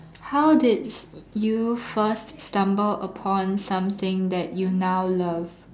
how did you first stumble upon something that you now love